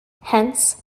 hence